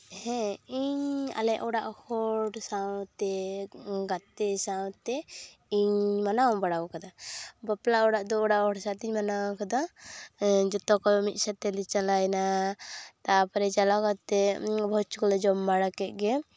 ᱦᱮᱸ ᱤᱧ ᱟᱞᱮ ᱚᱲᱟᱜ ᱦᱚᱲ ᱥᱟᱶᱛᱮ ᱜᱟᱛᱮ ᱥᱟᱶᱛᱮ ᱤᱧ ᱢᱟᱱᱟᱣ ᱵᱟᱲᱟ ᱟᱠᱟᱫᱟ ᱵᱟᱯᱞᱟ ᱚᱲᱟᱜ ᱫᱚ ᱚᱲᱟᱜ ᱦᱚᱲ ᱥᱟᱶᱛᱤᱧ ᱢᱟᱱᱟᱣ ᱠᱟᱫᱟ ᱦᱮᱸ ᱡᱚᱛᱚ ᱠᱚ ᱢᱤᱫ ᱥᱟᱝ ᱛᱮᱞᱮ ᱪᱟᱞᱟᱣ ᱮᱱᱟ ᱛᱟᱨᱯᱚᱨᱮ ᱪᱟᱞᱟᱣ ᱠᱟᱛᱮᱫ ᱵᱷᱚᱡᱽ ᱠᱚᱞᱮ ᱡᱚᱢ ᱵᱟᱲᱟ ᱠᱮᱫ ᱜᱮ